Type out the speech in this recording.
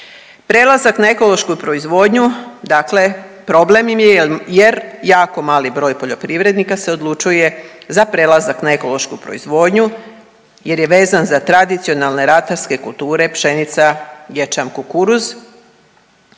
Prelazak na ekološku proizvodnju dakle problem im je jer jako mali broj poljoprivrednika se odlučuje za prelazak na ekološku proizvodnju jer je vezan za tradicionalne ratarske kulture pšenica, ječam, kukuruz